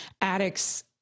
Addicts